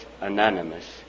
Anonymous